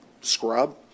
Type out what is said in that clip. scrub